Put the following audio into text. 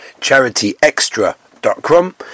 CharityExtra.com